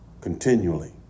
Continually